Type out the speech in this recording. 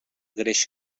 greix